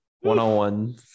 one-on-one